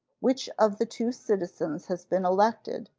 which of the two citizens has been elected,